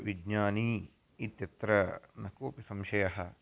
विज्ञानी इत्यत्र न कोपि संशयः